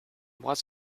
was